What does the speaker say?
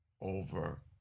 over